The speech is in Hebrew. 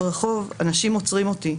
ברחוב אנשים עוצרים אותי,